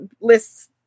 lists